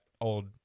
old